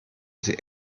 sie